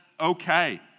okay